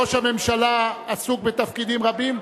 ראש הממשלה עסוק בתפקידים רבים,